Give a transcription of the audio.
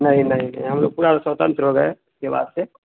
नहीं नहीं नहीं हम लोग पूरे स्वतंत्र हो गए इसके बाद से